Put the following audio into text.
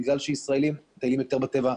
בגלל שישראל מטיילים יותר בטבע,